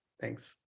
Thanks